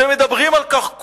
שמדברים על כך.